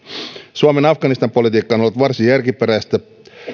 suomen afganistan politiikka on ollut varsin järkiperäistä koska